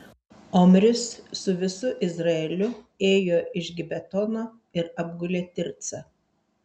omris su visu izraeliu ėjo iš gibetono ir apgulė tircą